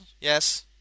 Yes